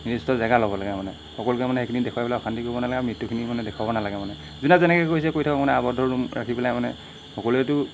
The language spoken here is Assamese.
নিৰ্দিষ্ট জেগা ল'ব লাগে মানে সকলোকে মানে সেইখিনি দেখুৱাই পেলাই অশান্তি কৰিব নালাগে আৰু মৃত্যুখিনি মানে দেখুৱাব নালাগে মানে যোনে যেনেকৈ কৰিছে কৰি থাকক মানে আবদ্ধ ৰুম ৰাখি পেলাই মানে সকলোৱেটো